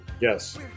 Yes